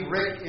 Rick